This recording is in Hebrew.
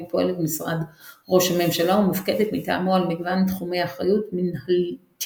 פועלת במשרד ראש הממשלה ומופקדת מטעמו על מגוון תחומי אחריות מנהלתיים,